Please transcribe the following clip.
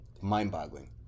mind-boggling